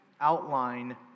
outline